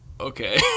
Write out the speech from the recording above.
okay